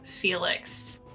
Felix